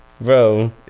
Bro